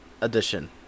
edition